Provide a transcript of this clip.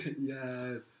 yes